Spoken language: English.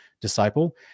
disciple